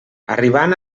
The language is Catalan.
arribant